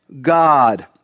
God